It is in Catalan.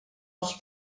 els